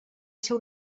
ser